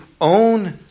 own